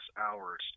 hours